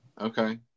okay